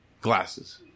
Glasses